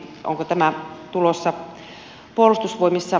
onko tämä tulossa puolustusvoimiin